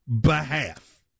behalf